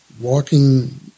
walking